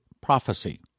PROPHECY